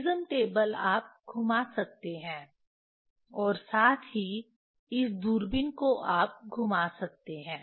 prism table आप घुमा सकते हैं और साथ ही इस दूरबीन को आप घुमा सकते हैं